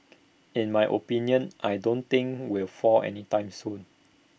in my opinion I don't think will fall any time soon